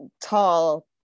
tall